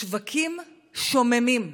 השווקים שוממים.